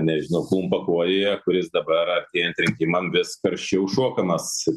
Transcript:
nežinau klumpakojyje kuris dabar artėjant rinkimam vis karščiau šokamas